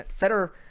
Federer